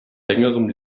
längerem